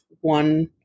one